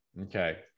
Okay